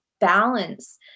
balance